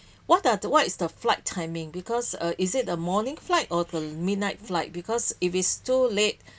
what are the what is the flight timing because uh is it a morning flight or the midnight flight because if it's too late